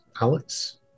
Alex